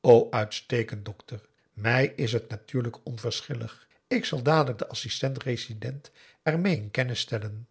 o uitstekend dokter mij is het natuurlijk onverschillig ik zal dadelijk den assistent-resident er mee in kennis stellen